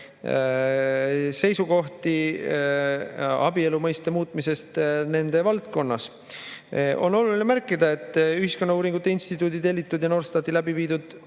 seisukohti abielu mõiste muutmise kohta nende valdkonnas. On oluline märkida, et Ühiskonnauuringute Instituudi tellitud ja Norstati tehtud